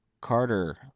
Carter